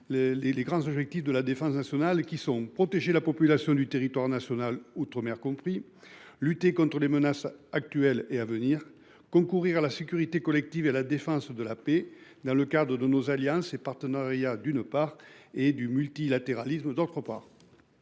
les grands objectifs de la défense nationale qui sont protéger la population du territoire national outre-mer compris lutter contre les menaces actuelles et à venir concourir à la sécurité collective et la défense de la paix dans le cadre de nos alliances et partenariats, d'une part et du multilatéralisme. D'autre part.